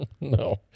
No